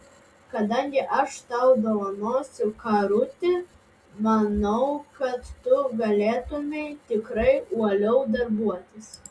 kadangi aš tau dovanosiu karutį manau kad tu galėtumei tikrai uoliau darbuotis